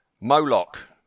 Moloch